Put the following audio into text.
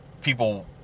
people